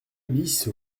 bis